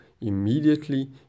Immediately